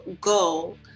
go